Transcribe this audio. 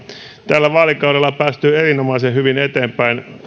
tällä vaalikaudella on päästy erinomaisen hyvin eteenpäin